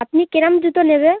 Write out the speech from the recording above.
আপনি কিরকম জুতো নেবে